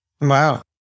Wow